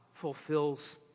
fulfills